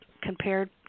compared